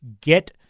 get